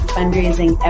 Fundraising